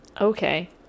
Okay